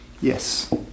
Yes